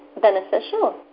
beneficial